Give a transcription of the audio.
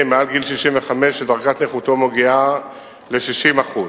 מעל גיל 65 שדרגת נכותו מגיעה ל-60%.